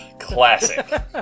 Classic